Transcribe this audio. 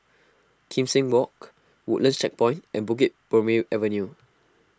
Kim Seng Walk Woodlands Checkpoint and Bukit Purmei Avenue